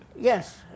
Yes